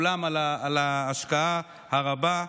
לכולם על ההשקעה הרבה,